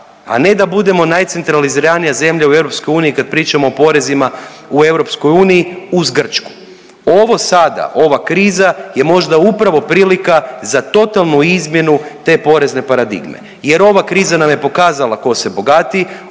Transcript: a ne da budemo najcentraliziranija zemlja u EU kad pričamo o porezima u EU uz Grčku. Ovo sada, ova kriza je možda upravo prilika za totalnu izmjenu te porezne paradigme jer ova kriza nam je pokazala ko se bogati,